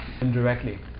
indirectly